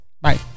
Bye